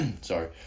sorry